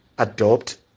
adopt